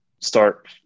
start